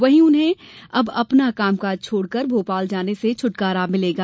वहीं उन्हें अब अपना कामकाज छोड़कर भोपाल जाने से छुटकारा मिलेगा